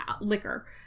liquor